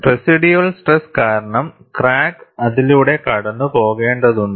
residual stress കാരണം crack അതിലൂടെ കടന്നു പോകേണ്ടതുണ്ട്